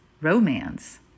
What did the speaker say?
romance